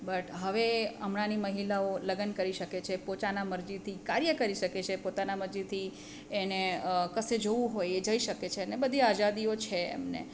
but હવે હમણાંની મહિલાઓ લગ્ન કરી શકે છે પોતાની મરજીથી કાર્ય કરી શકે છે પોતાની મરજીથી એને કશે જવું હોય એ જઈ શકે છે અને બધી આઝાદીઓ છે એમને